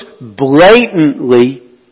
blatantly